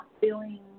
feeling